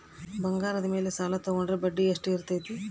ಬಂಗಾರದ ಮೇಲೆ ಸಾಲ ತೋಗೊಂಡ್ರೆ ಬಡ್ಡಿ ಎಷ್ಟು ಇರ್ತೈತೆ?